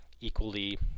equally